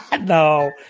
No